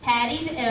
Patty's